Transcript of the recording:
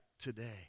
today